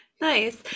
Nice